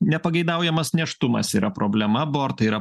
nepageidaujamas nėštumas yra problema abortai yra